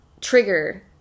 trigger